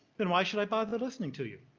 then why should i bother listening to you?